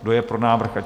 Kdo je pro návrh?